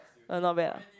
uh not bad ah